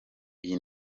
iyi